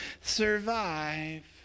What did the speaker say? survive